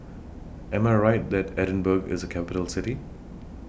Am I Right that Edinburgh IS A Capital City